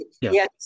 Yes